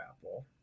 apple